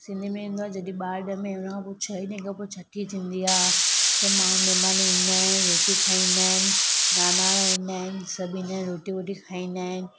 सिंधियुनि में ईंदो आहे जॾहिं ॿार ॼमें हुन खां पोइ छहें ॾींहं खां पोइ छठी थींदी आहे सभु माण्हू महिमान ईंदा आहिनि रोटी खाईंदा आहिनि नानाणा ईंदा आहिनि सभु ईंदा आहिनि रोटी बोटी खाईंदा आहिनि